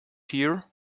here